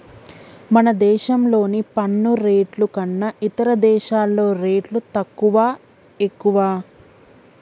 మన దేశంలోని పన్ను రేట్లు కన్నా ఇతర దేశాల్లో రేట్లు తక్కువా, ఎక్కువా